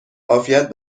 عافیت